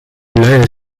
luier